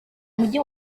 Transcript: mujyi